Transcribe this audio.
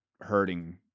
hurting